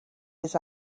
his